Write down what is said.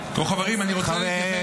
טוב, חברים, אני רוצה להתייחס.